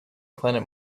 planet